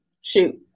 shoot